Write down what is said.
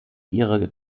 ihre